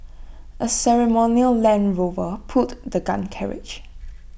A ceremonial land Rover pulled the gun carriage